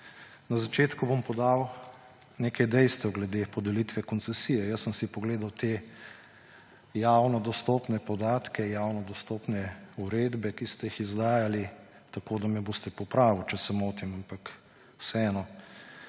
Na začetku bom podal nekaj dejstev glede podelitve koncesije. Jaz sem si pogledal te javno dostopne podatke, javno dostopne uredbe, ki ste jih izdajali. Me boste popravili, če se motim, ampak vseeno.